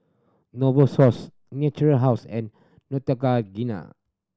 Novosource Natura House and Neutrogena